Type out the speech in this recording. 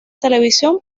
televisión